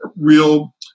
real